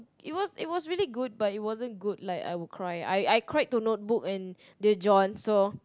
it was it was really good but it wasn't good like I would cry I I cried to not book in the John so